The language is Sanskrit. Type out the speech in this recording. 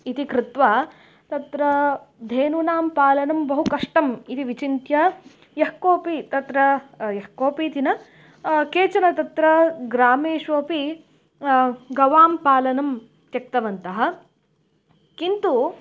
इति कृत्वा तत्र धेनूनां पालनं बहु कष्टम् इति विचिन्त्य यः कोपि तत्र यः कोपि इति न केचन तत्र ग्रामेषु अपि गवां पालनं त्यक्तवन्तः किन्तु